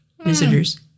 visitors